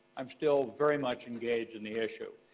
i'm still very much engaged in the issue.